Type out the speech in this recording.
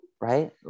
right